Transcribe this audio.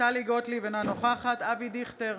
טלי גוטליב, אינה נוכחת אבי דיכטר,